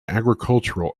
agricultural